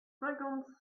cinquante